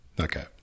Okay